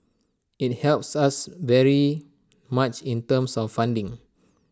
IT helps us very much in terms of funding